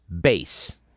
base